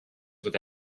with